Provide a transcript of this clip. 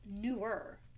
newer